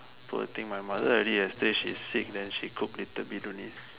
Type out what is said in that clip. poor thing my mother already yesterday she sick then she cook little bit only